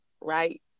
right